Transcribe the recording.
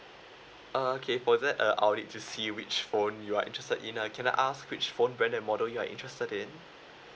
okay for that uh I'll need to see which phone you are interested in ah can I ask which phone brand and model you're interested in